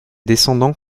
descendants